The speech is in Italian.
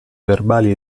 verbali